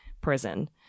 prison